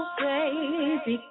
baby